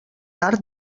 tard